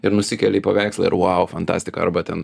ir nusikeli į paveikslą ir vau fantastika arba ten